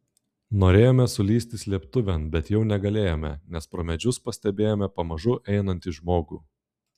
norėjome sulįsti slėptuvėn bet jau negalėjome nes pro medžius pastebėjome pamažu einantį žmogų